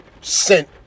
sent